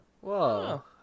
Whoa